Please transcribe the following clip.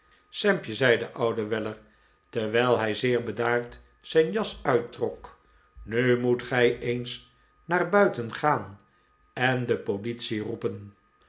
sampje zei de oude weller terwijl hij de pickwick club zeer bedaard zijn jas uittrok nu moest gij ens naar buiten gaan en de politie roepen